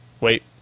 Wait